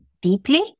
deeply